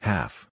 Half